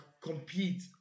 compete